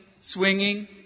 swinging